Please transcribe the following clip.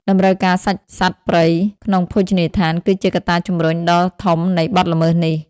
តម្រូវការសាច់សត្វព្រៃក្នុងភោជនីយដ្ឋានគឺជាកត្តាជំរុញដ៏ធំនៃបទល្មើសនេះ។